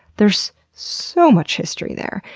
there's so much history there.